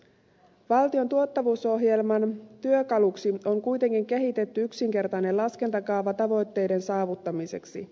valtion tuottavuusohjelman työkaluksi on kuitenkin kehitetty yksinkertainen laskentakaava tavoitteiden saavuttamiseksi